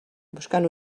buscant